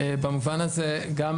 במובן הזה חשוב